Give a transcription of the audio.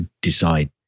decide